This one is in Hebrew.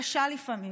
גם כשהם קשים לפעמים,